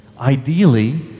ideally